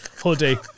hoodie